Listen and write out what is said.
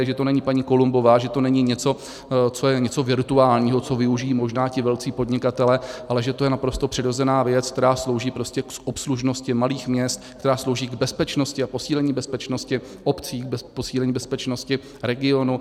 Že to není paní Columbová, že to není něco, co je něco virtuálního, co využijí možná ti velcí podnikatelé, ale že je to naprosto přirozená věc, která slouží prostě k obslužnosti malých měst, která slouží k bezpečnosti a posílení bezpečnosti obcí, posílení bezpečnosti regionů.